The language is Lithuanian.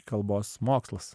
kalbos mokslas